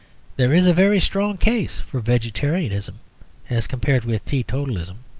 there is a very strong case for vegetarianism as compared with teetotalism.